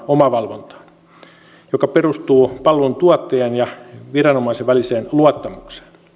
omavalvontaan joka perustuu palveluntuottajan ja viranomaisen väliseen luottamukseen